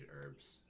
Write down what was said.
herbs